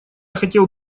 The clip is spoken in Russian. хотел